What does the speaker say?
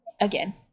again